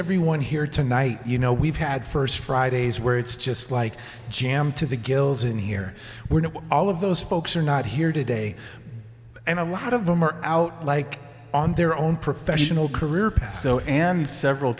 everyone here tonight you know we've had st fridays where it's just like jam to the gills and here we're not all of those folks are not here today and a lot of them are out like on their own professional career and several